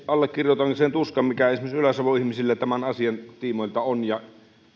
allekirjoitan sen tuskan mikä esimerkiksi ylä savon ihmisillä tämän asian tiimoilta on